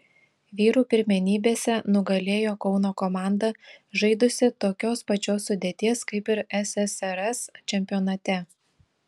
vyrų pirmenybėse nugalėjo kauno komanda žaidusi tokios pačios sudėties kaip ir ssrs čempionate